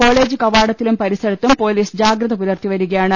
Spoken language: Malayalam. കോളേജ് കവാടത്തിലും പരിസരത്തും പൊലീസ് ജാഗ്രത പുലർത്തിവരിക യാണ്